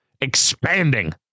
expanding